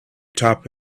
top